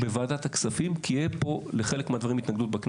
כי תהיה התנגדות בכנסת לחלק מהדברים,